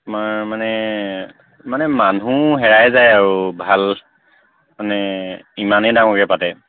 তোমাৰ মানে মানে মানুহ হেৰাই যায় আৰু ভাল মানে ইমানেই ডাঙৰকৈ পাতে